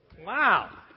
Wow